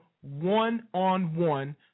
one-on-one